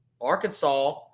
Arkansas –